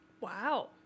Wow